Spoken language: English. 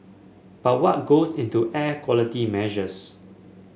but what goes into air quality measures